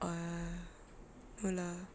ah no lah